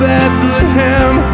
Bethlehem